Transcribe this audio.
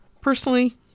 Personally